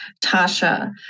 Tasha